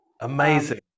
Amazing